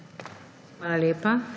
Hvala lepa.